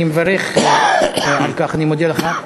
אני מברך על כך, אני מודיע לך.